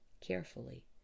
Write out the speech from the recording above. carefully